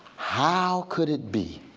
how could it be